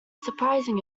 surprising